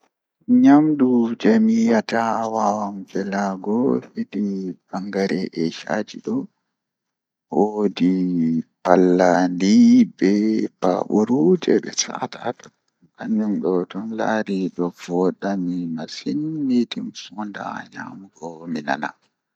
Fajjira tomi fini mi yidi mi nyama bredi be shayi.